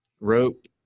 Rope